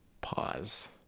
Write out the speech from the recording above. Pause